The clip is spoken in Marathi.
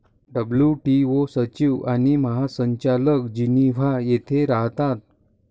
डब्ल्यू.टी.ओ सचिव आणि महासंचालक जिनिव्हा येथे राहतात